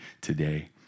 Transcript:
today